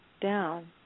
down